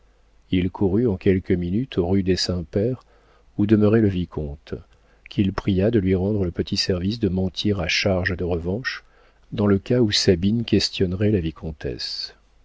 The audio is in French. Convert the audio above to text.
il courut en quelques minutes rue des saints-pères où demeurait le vicomte qu'il pria de lui rendre le petit service de mentir à charge de revanche dans le cas où sabine questionnerait la vicomtesse